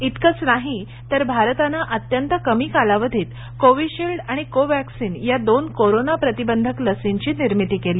इतकंच नाही तर भारतानं अत्यंत कमी कालावधीत कोविशिल्ड आणि कोवॅक्सीन या दोन कोरोना प्रतिबंधक लसींची निर्मिती केली